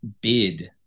bid